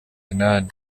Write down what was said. inani